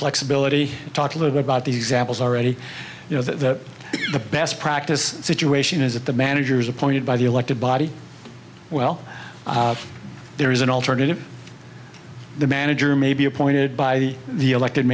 flexibility talk a little bit about the examples already you know that the best practice situation is that the manager is appointed by the elected body well there is an alternative the manager may be appointed by the elected